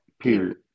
Period